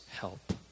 help